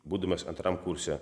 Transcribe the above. būdamas antram kurse